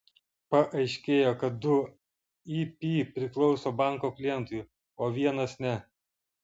paaiškėjo kad du ip priklauso banko klientui o vienas ne